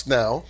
now